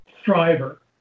striver